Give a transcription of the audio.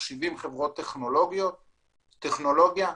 חברות טכנולוגיה,